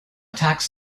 tax